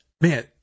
man